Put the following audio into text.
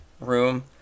room